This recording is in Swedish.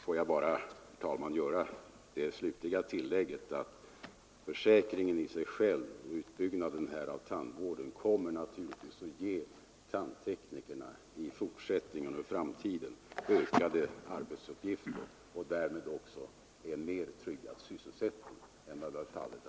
Jag vill, herr talman, göra det slutliga tillägget att försäkringen i sig själv och utbyggnaden av tandvården naturligtvis i framtiden kommer att ge tandteknikerna ökade arbetsuppgifter och därmed en mer tryggad sysselsättning än de har haft tidigare.